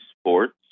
sports